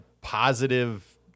positive